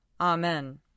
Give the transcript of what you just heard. Amen